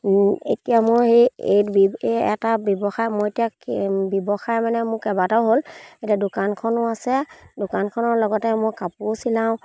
এতিয়া মই সেই এই বি এটা ব্যৱসায় মই এতিয়া ব্যৱসায় মানে মোৰ কেইবাটাও হ'ল এতিয়া দোকানখনো আছে দোকানখনৰ লগতে মই কাপোৰো চিলাওঁ